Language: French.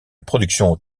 production